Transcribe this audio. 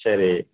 சரி